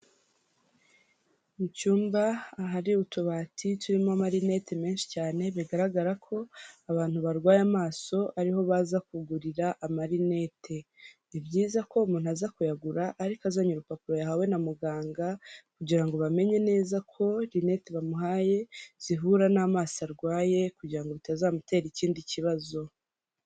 Mu icyumba ahari utubati, turimo amarinete menshi cyane .Bigaragara ko abantu barwaye amazo ariko naza kugurira amarinete. Ni byiza ko umuntu aza kuyahura azanye urupapuro yahawe na muganga kugira bamenye neza ko rinete bamuhaye zitazamutera ikindi kibazo.